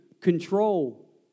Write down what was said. control